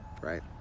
right